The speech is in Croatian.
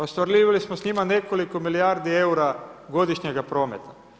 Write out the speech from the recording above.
Ostvarivali smo s njima nekoliko milijardi eura godišnjega prometa.